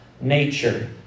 nature